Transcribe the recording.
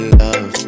love